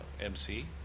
MC